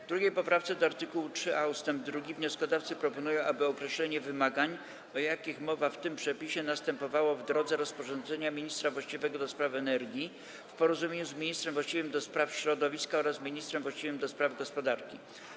W 2. poprawce do art. 3a ust. 2 wnioskodawcy proponują, aby określenie wymagań, o jakich mowa w tym przepisie, następowało w drodze rozporządzenia ministra właściwego do spraw energii w porozumieniu z ministrem właściwym do spraw środowiska oraz ministrem właściwym do spraw gospodarki.